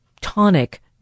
tonic